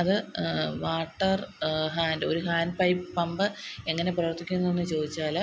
അത് water hand ഒരു hand pipe pump എങ്ങനെ പ്രവർത്തിക്കുന്നതെന്ന് ചോദിച്ചാൽ